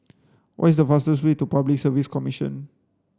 what is the fastest way to Public Service Commission